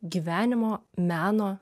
gyvenimo meno